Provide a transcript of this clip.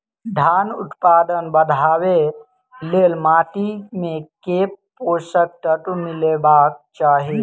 धानक उत्पादन बढ़ाबै लेल माटि मे केँ पोसक तत्व मिलेबाक चाहि?